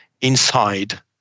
inside